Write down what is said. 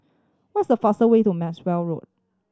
what is the fast way to Maxwell Road